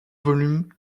volume